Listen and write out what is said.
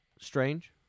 strange